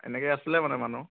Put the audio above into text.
এনেকে আছিলে মানে মানুহ